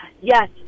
Yes